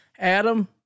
Adam